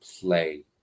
play